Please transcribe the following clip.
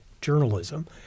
journalism